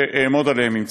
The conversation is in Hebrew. שאעמוד עליהם אם צריך.